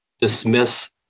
dismiss